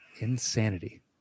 insanity